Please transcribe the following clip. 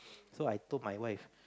so I told my wife